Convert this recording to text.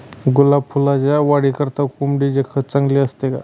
गुलाब फुलाच्या वाढीकरिता कोंबडीचे खत चांगले असते का?